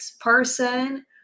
person